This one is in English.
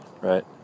right